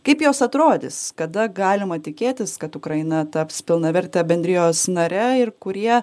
kaip jos atrodys kada galima tikėtis kad ukraina taps pilnaverte bendrijos nare ir kurie